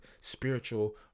spiritual